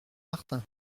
martin